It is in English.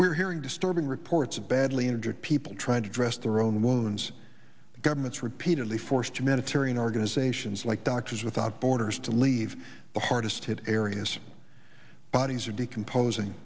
we're hearing disturbing reports of badly injured people trying to address their own wounds the government's repeatedly forced to military organizations like doctors without borders to leave the hardest hit areas bodies are decomposing